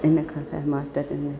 इन खां सवाइ मास्तर आहिनि